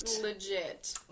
Legit